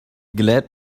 glad